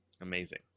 Amazing